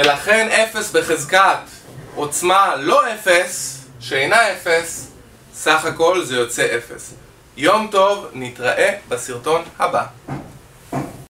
ולכן אפס בחזקת עוצמה לא אפס, שאינה אפס, סך הכל זה יוצא אפס. יום טוב, נתראה בסרטון הבא.